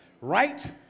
right